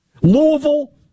Louisville